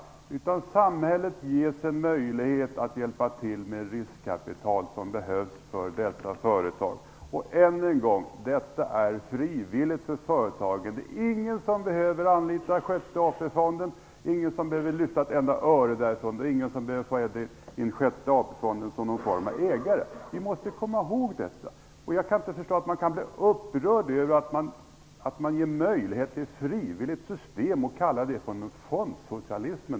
Samhället har en möjlighet att hjälpa till med riskkapital som dessa företag behöver. Låt mig än en gång säga att detta är frivilligt för företagen. Det är ingen som behöver anlita den sjätte AP-fonden. Det är ingen som behöver lyfta ett enda öre därifrån. Det är ingen som behöver få in den sjätte AP-fonden som någon form av ägare. Vi måste komma ihåg detta. Jag kan inte förstå att man kan bli upprörd över att det ges möjligheter till att utnyttja ett frivilligt system och kallar det för fondsocialism.